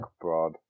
broad